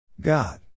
God